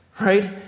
right